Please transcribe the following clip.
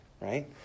right